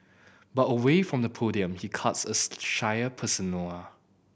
but away from the podium he cuts a shyer persona